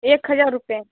एक हजार रुपये